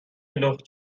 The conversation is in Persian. لخت